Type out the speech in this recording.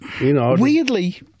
weirdly